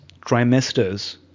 trimesters